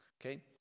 Okay